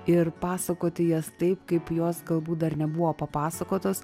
ir pasakoti jas taip kaip jos galbūt dar nebuvo papasakotos